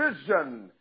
Vision